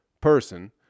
person